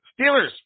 Steelers